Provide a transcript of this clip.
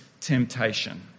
temptation